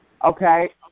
Okay